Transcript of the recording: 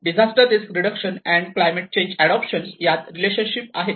disaster risk reduction and climate change adoption यात relationship आहे